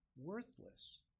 worthless